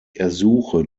ersuche